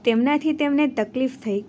તેમનાથી તેમને તકલીફ થઈ